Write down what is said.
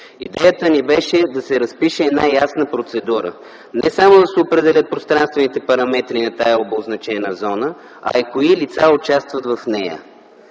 Идеята ни беше да се разпише една ясна процедура – не само да се определят пространствените параметри на тази обозначена зона, а и кои лица участват в нея.